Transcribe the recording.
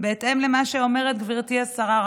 בהתאם למה שאומרת גברתי השרה.